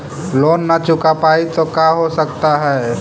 Loan न चुका पाई तो का हो सकता है?